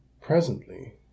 Presently